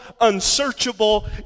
unsearchable